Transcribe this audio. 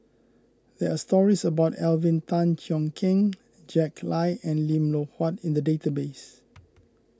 there are stories about Alvin Tan Cheong Kheng Jack Lai and Lim Loh Huat in the database